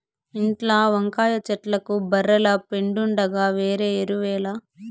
ఇంట్ల వంకాయ చెట్లకు బర్రెల పెండుండగా వేరే ఎరువేల